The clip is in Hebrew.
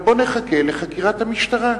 בוא נחכה לחקירת המשטרה.